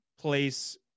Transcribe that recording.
place